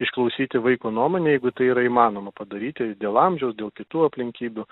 išklausyti vaiko nuomonę jeigu tai yra įmanoma padaryti dėl amžiaus dėl kitų aplinkybių